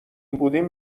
بودیم